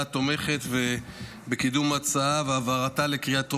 תומכת בקידום ההצעה ובהעברתה בקריאה טרומית,